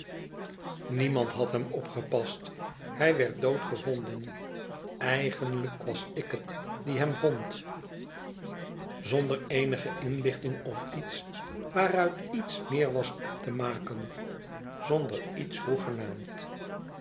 niemand had hem opgepast hij wei'd dood gevonden eigenlijk was ik het die hem vond zonder eenige inlichting of iets waaruit iets meer was op te maken zonder iets hoegenaamd